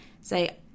say